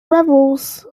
rebels